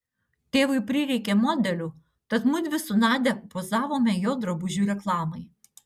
tėvui prireikė modelių tad mudvi su nadia pozavome jo drabužių reklamai